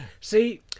see